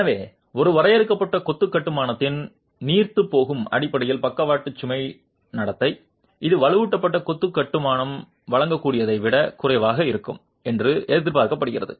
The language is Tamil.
எனவே ஒரு வரையறுக்கப்பட்ட கொத்து கட்டுமானத்தின் நீர்த்துப்போகும் அடிப்படையில் பக்கவாட்டு சுமை நடத்தை இது வலுவூட்டப்பட்ட கொத்து கட்டுமானம் வழங்கக்கூடியதை விட குறைவாக இருக்கும் என்று எதிர்பார்க்கப்படுகிறது